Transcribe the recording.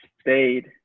stayed –